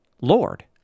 Lord